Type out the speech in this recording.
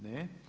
Ne.